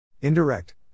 Indirect